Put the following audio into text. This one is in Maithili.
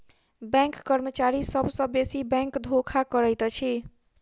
बैंक कर्मचारी सभ सॅ बेसी बैंक धोखा करैत अछि